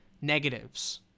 negatives